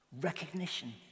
recognition